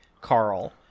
Carl